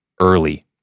early